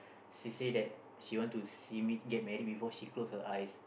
she say that she want to see me get married before she close her eyes